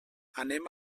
anem